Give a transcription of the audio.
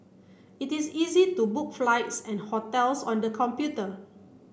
it is easy to book flights and hotels on the computer